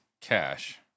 cash